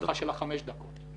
הדרכה של חמש דקות.